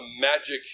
magic